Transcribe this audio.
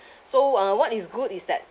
so uh what is good is that